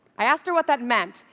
i asked her what that meant,